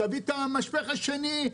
תביא את המשפך השני,